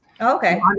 Okay